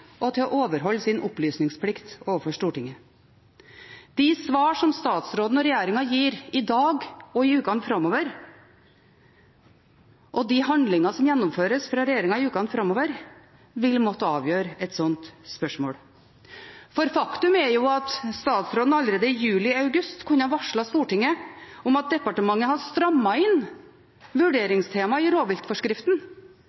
og til å overholde sin opplysningsplikt overfor Stortinget. De svar som statsråden og regjeringen gir i dag og i ukene framover, og de handlinger som gjennomføres fra regjeringen i ukene framover, vil måtte avgjøre et slikt spørsmål. For faktum er at statsråden allerede i juli/august kunne ha varslet Stortinget om at departementet har strammet inn